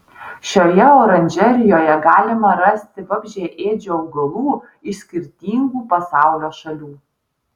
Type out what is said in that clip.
šioje oranžerijoje galima rasti vabzdžiaėdžių augalų iš skirtingų pasaulio šalių